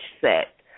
set